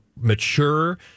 mature